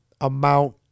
amount